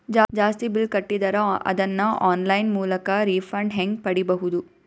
ಜಾಸ್ತಿ ಬಿಲ್ ಕಟ್ಟಿದರ ಅದನ್ನ ಆನ್ಲೈನ್ ಮೂಲಕ ರಿಫಂಡ ಹೆಂಗ್ ಪಡಿಬಹುದು?